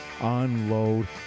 unload